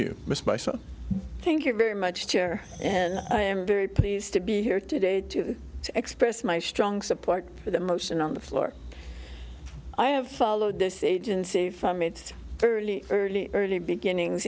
you missed by so thank you very much chair and i am very pleased to be here today to express my strong support for the motion on the floor i have followed this agency from its early early early beginnings